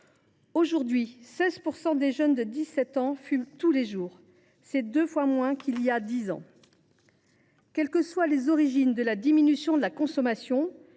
Aujourd’hui, 16 % des jeunes de 17 ans fument tous les jours, soit deux fois moins qu’il y a dix ans. Quelles que soient les origines de la diminution de la consommation